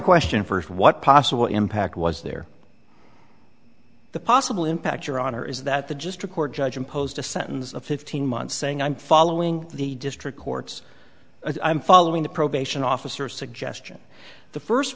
question first what possible impact was there the possible impact your honor is that the just record judge imposed a sentence of fifteen months saying i'm following the district courts i'm following the probation officer suggestion the first